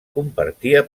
compartia